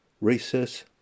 recess